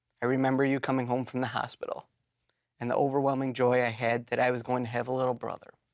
i remember you coming home from the hospital and the overwhelming joy i had that i was going to have a little brother.